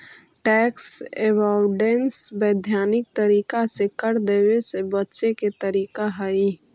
tax avoidance वैधानिक तरीका से कर देवे से बचे के तरीका हई